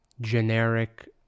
generic